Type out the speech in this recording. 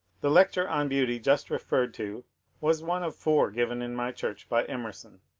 the lecture on beauty just referred to was one of four given in my church by emerson.